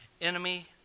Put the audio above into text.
enemy